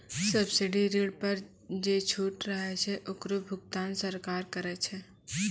subsidy ऋण पर जे छूट रहै छै ओकरो भुगतान सरकार करै छै